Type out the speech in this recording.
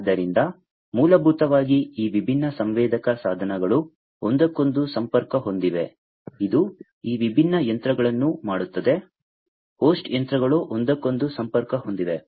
ಆದ್ದರಿಂದ ಮೂಲಭೂತವಾಗಿ ಈ ವಿಭಿನ್ನ ಸಂವೇದಕ ಸಾಧನಗಳು ಒಂದಕ್ಕೊಂದು ಸಂಪರ್ಕ ಹೊಂದಿವೆ ಇದು ಈ ವಿಭಿನ್ನ ಯಂತ್ರಗಳನ್ನು ಮಾಡುತ್ತದೆ ಹೋಸ್ಟ್ ಯಂತ್ರಗಳು ಒಂದಕ್ಕೊಂದು ಸಂಪರ್ಕ ಹೊಂದಿವೆ